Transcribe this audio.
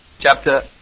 chapter